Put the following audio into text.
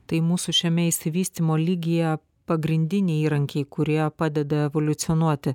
tai mūsų šiame išsivystymo lygyje pagrindiniai įrankiai kurie padeda evoliucionuoti